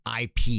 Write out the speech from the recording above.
IP